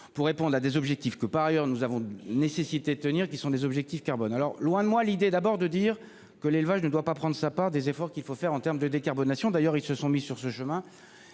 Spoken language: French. pour répondre à des objectifs que par ailleurs nous avons nécessité tenir qui sont des objectifs carbone alors loin de moi l'idée d'abord de dire que l'élevage ne doit pas prendre sa part des efforts qu'il faut faire en terme de décarbonation d'ailleurs ils se sont mis sur ce chemin